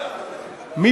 אנחנו ניגש להצבעה.